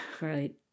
Right